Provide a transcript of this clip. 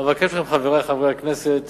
אבקש מחברי חברי הכנסת